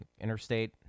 interstate